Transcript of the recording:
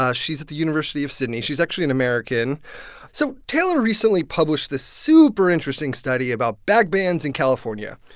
ah she's at the university of sydney. she's actually an american so taylor recently published this super interesting study about bag bans in california.